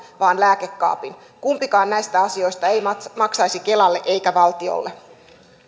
vai lääkekaapin kumpikaan näistä asioista ei maksaisi maksaisi kelalle eikä valtiolle nyt